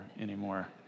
anymore